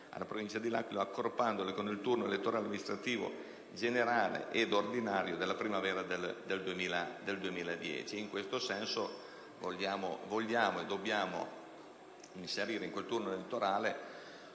alla Provincia dell'Aquila, accorpandole con il turno elettorale amministrativo generale ed ordinario previsto per la primavera del 2010. In questo senso vogliamo e dobbiamo inserire in quel turno elettorale